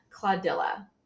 Claudilla